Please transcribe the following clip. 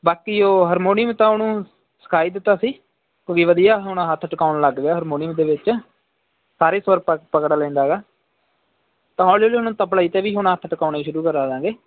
ਬਾਕੀ ਉਹ ਹਰਮੋਨੀਅਮ ਤਾਂ ਉਹਨੂੰ ਸਿਖਾ ਹੀ ਦਿੱਤਾ ਸੀ ਵਧੀਆ ਹੁਣ ਹੱਥ ਟਿਕਾਉਣ ਲੱਗ ਗਿਆ ਹਰਮੋਨੀਅਮ ਦੇ ਵਿੱਚ ਸਾਰੇ ਸੁਰ ਪ ਪਕੜ ਲੈਂਦਾ ਗਾ ਤਾਂ ਹੌਲੀ ਹੌਲੀ ਉਹਨੂੰ ਤਬਲੇ 'ਤੇ ਵੀ ਹੁਣ ਹੱਥ ਟਿਕਾਉਣੇ ਸ਼ੁਰੂ ਕਰਾ ਦਾਂਗੇ